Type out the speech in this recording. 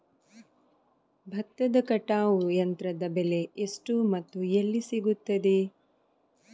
ಭತ್ತದ ಕಟಾವು ಯಂತ್ರದ ಬೆಲೆ ಎಷ್ಟು ಮತ್ತು ಎಲ್ಲಿ ಸಿಗುತ್ತದೆ?